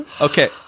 Okay